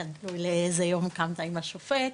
תלוי לאיזה יום קמת עם השופט.